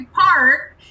Park